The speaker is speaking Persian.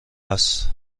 است